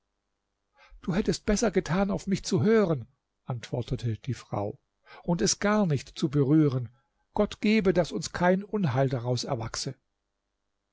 du hättest besser getan auf mich zu hören antwortete die frau und es gar nicht zu berühren gott gebe daß uns kein unheil daraus erwachse